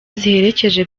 ziherekeje